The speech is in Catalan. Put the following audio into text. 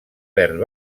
verd